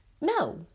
No